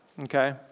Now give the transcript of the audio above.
okay